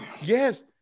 Yes